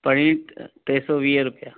पनीर टे सौ वीह रुपया